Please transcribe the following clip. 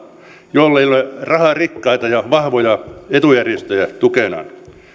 ei ole raharikkaita ja vahvoja etujärjestöjä tukenaan